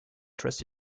thrust